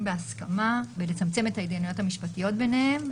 בהסכמה ולצמצם את ההתדיינויות המשפטיות ביניהם.